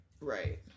right